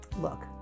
Look